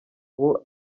uwo